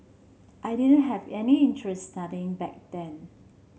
I didn't have any interest studying back then